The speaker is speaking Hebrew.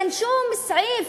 אין שום סעיף